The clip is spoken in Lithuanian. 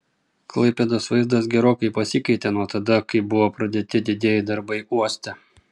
klaipėdos vaizdas gerokai pasikeitė nuo tada kai buvo pradėti didieji darbai uoste